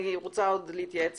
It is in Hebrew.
אני רוצה עוד להתייעץ